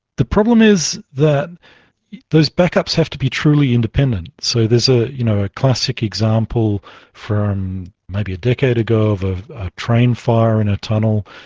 the problem is that those backups have to be truly independent. so there is a you know a classic example from maybe a decade ago of of a train fire in a tunnel,